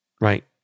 right